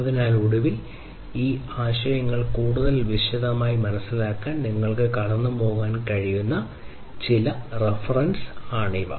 അതിനാൽ ഒടുവിൽ ഈ ആശയങ്ങൾ കൂടുതൽ വിശദമായി മനസ്സിലാക്കാൻ നിങ്ങൾക്ക് കടന്നുപോകാൻ കഴിയുന്ന ചില റഫറൻസ് ആണ് ഇവ